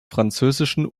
französischen